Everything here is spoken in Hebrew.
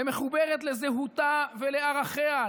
למחוברת לזהותה ולערכיה,